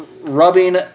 rubbing